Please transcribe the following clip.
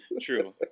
true